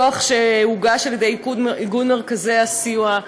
דוח שהוגש על ידי איגוד מרכזי הסיוע.